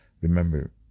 Remember